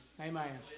Amen